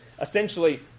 Essentially